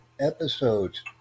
episodes